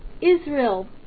Israel